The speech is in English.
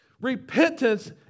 Repentance